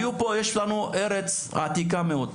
יש לנו ארץ עתיקה מאוד,